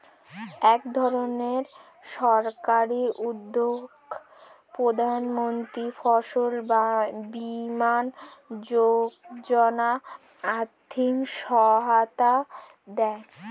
একধরনের সরকারি উদ্যোগ প্রধানমন্ত্রী ফসল বীমা যোজনা আর্থিক সহায়তা দেয়